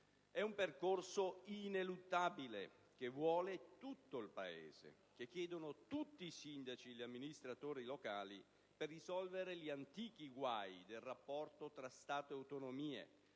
È un percorso ineluttabile, che vuole tutto il Paese, che chiedono tutti i sindaci e gli amministratori locali per risolvere gli antichi guai del rapporto tra Stato e autonomie,